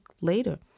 later